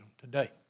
today